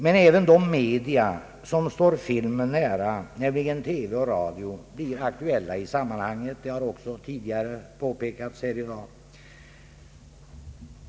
Men även de media som står filmen nära, nämligen TV och radio, blir aktuella i sammanhanget. Det har också tidigare påpekats här i dag.